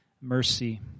mercy